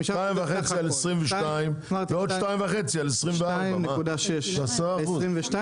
2.5% על 2022 ועוד 2.5% על 2024. 2.6 על 2022